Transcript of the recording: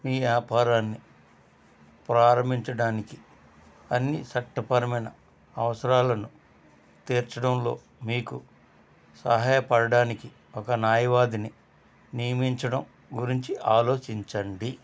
మీ వ్యాపారాన్ని ప్రారంభించడానికి అన్ని చట్టపరమైన అవసరాలను తీర్చచడంలో మీకు సహాయపడడానికి ఒక న్యాయవాదిని నియమించడం గురించి ఆలోచించండి